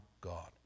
God